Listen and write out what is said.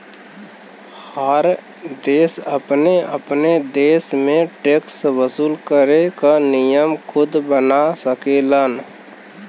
हर देश अपने अपने देश में टैक्स वसूल करे क नियम खुद बना सकेलन